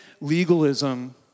legalism